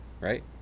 right